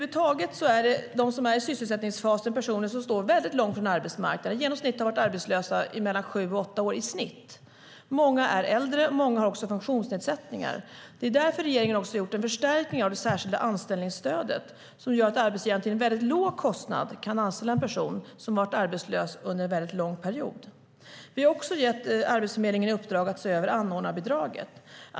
De personer som är i sysselsättningsfasen står över huvud taget väldigt långt från arbetsmarknaden. De har varit arbetslösa mellan sju och åtta år i snitt. Många är äldre, och många har funktionsnedsättningar. Det är därför regeringen har gjort en förstärkning av det särskilda anställningsstödet som gör att arbetsgivaren till en låg kostnad kan anställa en person som har varit arbetslös under en lång period. Vi har också gett Arbetsförmedlingen i uppdrag att se över anordnarbidraget.